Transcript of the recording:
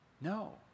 No